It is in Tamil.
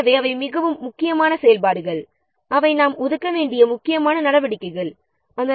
எனவே அதுவும் மிகவும் முக்கியமான நடவடிக்கைககளில் ஒன்று